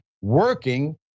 working